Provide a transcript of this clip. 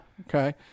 okay